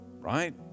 right